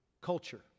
culture